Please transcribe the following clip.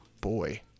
Boy